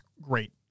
great